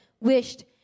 wished